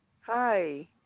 Hi